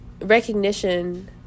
recognition